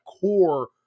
core